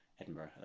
Edinburgh